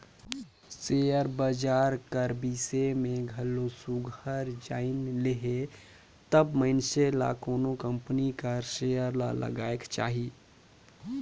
share बजार कर बिसे में घलो सुग्घर जाएन लेहे तब मइनसे ल कोनो कंपनी कर सेयर ल लगाएक चाही